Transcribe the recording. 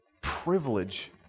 privilege